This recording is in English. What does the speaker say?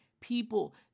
people